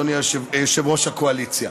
אדוני יושב-ראש הקואליציה: